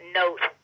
note